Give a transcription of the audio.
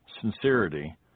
sincerity